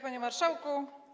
Panie Marszałku!